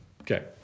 Okay